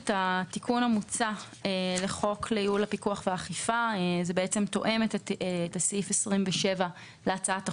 התיקון המוצע לחוק לייעול הפיקוח והאכיפה תואם את סעיף 27 להצעת החוק,